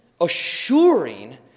assuring